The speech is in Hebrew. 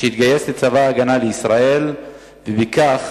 שהתגייס לצבא-ההגנה לישראל, ובכך